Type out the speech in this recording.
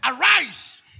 Arise